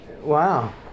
wow